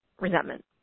resentment